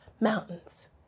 mountains